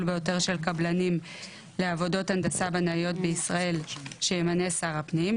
ביותר של קבלנים לעבודות הנדסה בנאיות בישראל שימנה שר הפנים,